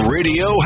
Radio